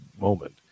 moment